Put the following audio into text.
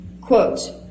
Quote